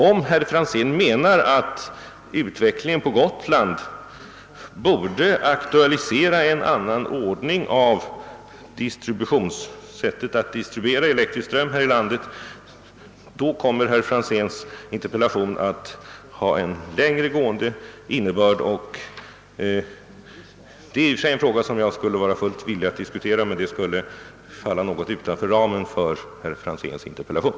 Om herr Franzén däremot menar att utvecklingen på Gotland borde aktualisera en annan ordning när det gäller att distribuera elektrisk ström i landet, då får herr Franzéns interpellation en mycket vidare omfattning. Även den frågan är jag fullt villig att diskutera, men det skulle falla utanför ramen för herr Franzéns interpellation.